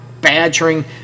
badgering